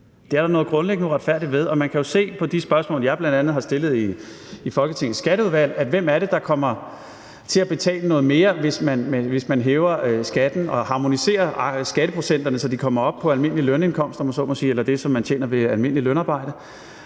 Det er der noget grundlæggende uretfærdigt ved, og man kan jo se på svarene på de spørgsmål, jeg bl.a. har stillet i Folketingets Skatteudvalg, hvem det er, der kommer til at betale noget mere, hvis man hæver skatten og harmoniserer skatteprocenterne, så de kommer op på det, man beskattes af ved almindeligt lønarbejde.